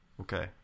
Okay